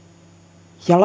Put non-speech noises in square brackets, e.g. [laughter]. ja [unintelligible]